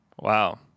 Wow